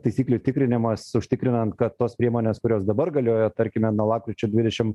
taisyklių tikrinimas užtikrinant kad tos priemonės kurios dabar galioja tarkime nuo lapkričio dvidešim